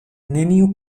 neniu